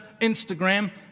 Instagram